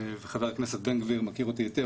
וחבר הכנסת בן גביר מכיר אותי היטב,